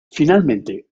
finalmente